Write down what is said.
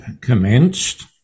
commenced